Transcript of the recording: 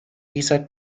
dieser